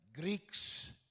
Greeks